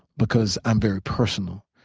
because i'm very personal,